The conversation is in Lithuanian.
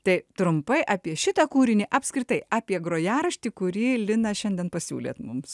tai trumpai apie šitą kūrinį apskritai apie grojaraštį kurį lina šiandien pasiūlėte mums